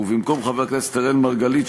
במקום חבר הכנסת אראל מרגלית,